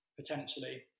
potentially